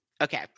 Okay